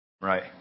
right